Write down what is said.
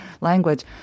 language